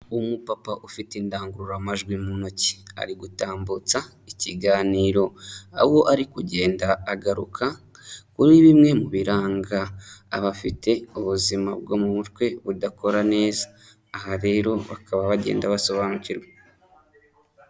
Umupapa ufite indangururamajwi mu ntoki, ari gutambutsa ikiganiro, abo ari kugenda agaruka kuri bimwe mu biranga abafite ubuzima bwo mu mutwe budakora neza. Aha rero bakaba bagenda basobanukirwa.